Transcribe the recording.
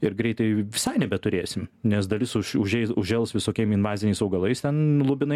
ir greitai visai nebeturėsim nes dalis už užeis užžels visokiem invaziniais augalais ten lubinai